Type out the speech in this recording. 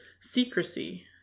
secrecy